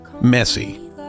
messy